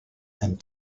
and